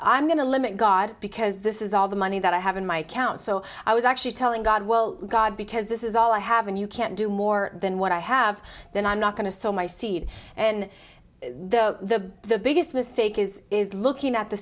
i'm going to limit god because this is all the money that i have in my account so i was actually telling god well god because this is all i have and you can't do more than what i have then i'm not going to sow my seed and the biggest mistake is is looking at the